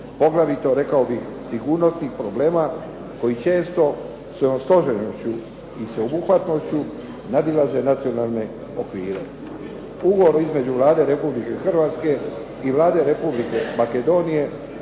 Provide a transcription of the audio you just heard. poglavito rekao bih sigurnosnih problema koji često svojom složenošću i sveobuhvatnošću nadilaze nacionalne okvire. Ugovor između Vlade Republike Hrvatske i Vlade Republike Makedonije